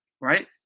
Right